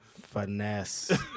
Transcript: Finesse